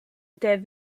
der